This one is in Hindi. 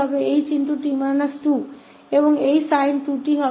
और यह sin 2𝑡 sin 2𝑡 − 2 होगा